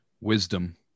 wisdom